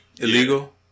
illegal